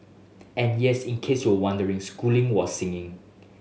and yes in case you wondering schooling was singing